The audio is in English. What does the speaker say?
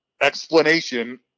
explanation